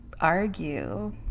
argue